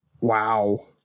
Wow